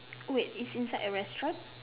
wait it's inside a restaurant